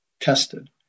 tested